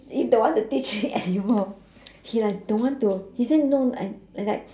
he don't want to teach me anymore he like don't want to he said no I I like